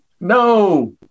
No